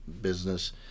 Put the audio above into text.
business